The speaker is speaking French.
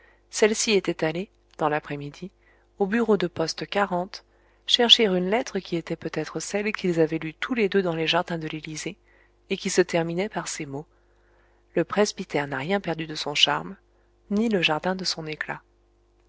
celle-ci était allée dans l'après-midi au bureau de poste chercher une lettre qui était peut-être celle qu'ils avaient lue tous les deux dans les jardins de l'élysée et qui se terminait par ces mots le presbytère n'a rien perdu de son charme ni le jardin de son éclat